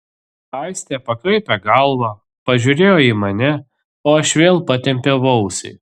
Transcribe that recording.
aistė pakraipė galvą pažiūrėjo į mane o aš vėl patempiau ausį